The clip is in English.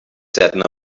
said